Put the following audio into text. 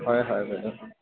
হয় হয় বাইদেউ